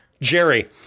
Jerry